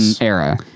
era